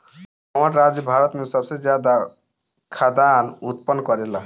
कवन राज्य भारत में सबसे ज्यादा खाद्यान उत्पन्न करेला?